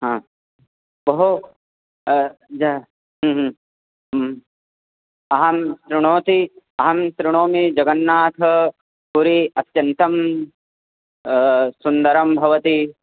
हा भोः ज अहं शृणोमि अहं शृणोमि जगन्नाथपुरी अत्यन्तं सुन्दरं भवति